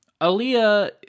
Aaliyah